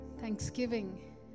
thanksgiving